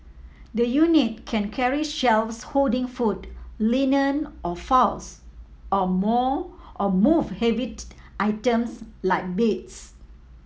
the unit can carry shelves holding food linen or files or moll or move items like beds